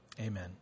Amen